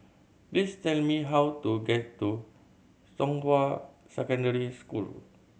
please tell me how to get to Zhonghua Secondary School